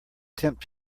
tempt